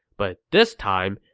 but this time,